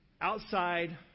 outside